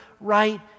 right